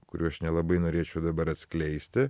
kurių aš nelabai norėčiau dabar atskleisti